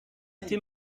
été